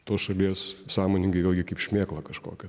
tos šalies sąmoningai vėlgi kaip šmėklą kažkokią